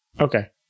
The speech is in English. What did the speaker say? Okay